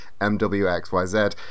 MWXYZ